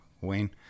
wayne